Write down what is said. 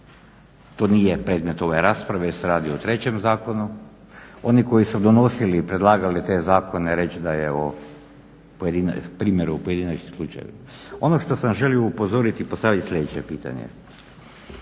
to nije predmet ove rasprave, jer se radi o trećem zakonu, oni koji su donosili i predlagali te zakone reć da je ovo primjer u pojedinačnim slučajevima. Ono što sam želio upozoriti i postaviti sljedeće pitanje.